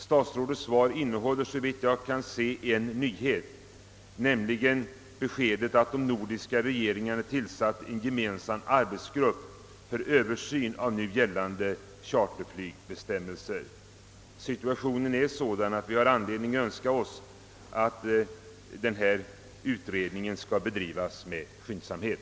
Statsrådets svar innehåller såvitt jag kan se en nyhet, nämligen att de nordiska regeringarna tillsatt en gemensam arbetsgrupp för översyn av gällande charterflygbestämmelser. = Situationen är sådan, att vi har anledning önska oss att denna utredning skall bedrivas med skyndsamhet.